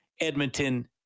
edmonton